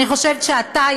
אני חושבת שאתה,